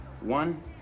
One